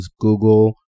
Google